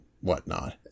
whatnot